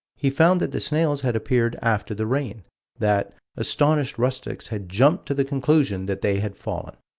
he found that the snails had appeared after the rain that astonished rustics had jumped to the conclusion that they had fallen.